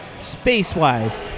space-wise